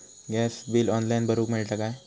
Gas bill online भरुक मिळता काय?